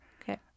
Okay